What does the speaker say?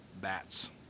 Bats